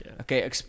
Okay